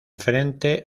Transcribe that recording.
frente